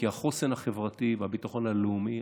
כי החוסן החברתי והביטחון הלאומי,